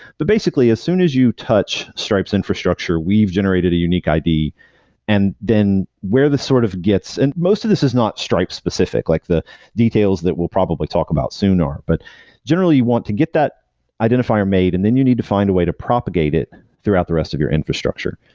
but basically as soon as you touch stripe's infrastructure, we've generated a unique id and then where this sort of gets and most of this is not stripe-specific, like the details that we'll probably talk about soon or, but generally you want to get that identifier made and then you need to find a way to propagate it throughout the rest of your infrastructure.